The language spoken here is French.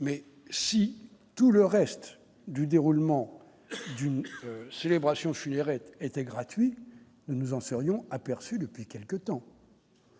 mais si tout le reste du déroulement d'une célébration funéraire était gratuit, nous nous en serions aperçu depuis quelques temps.